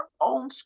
own